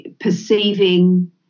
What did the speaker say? perceiving